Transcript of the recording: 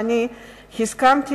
והסכמתי